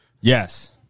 Yes